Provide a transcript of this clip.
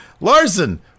Larson